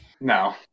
No